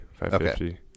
550